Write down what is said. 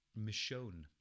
Michonne